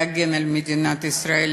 להגן על מדינת ישראל,